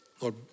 Lord